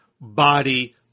body